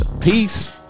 peace